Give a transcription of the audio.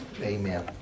Amen